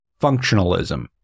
functionalism